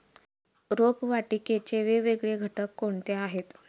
रोपवाटिकेचे वेगवेगळे घटक कोणते आहेत?